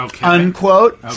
unquote